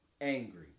angry